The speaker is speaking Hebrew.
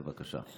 בבקשה.